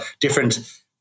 different